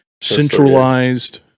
centralized